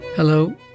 Hello